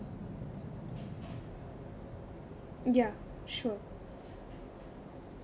ya sure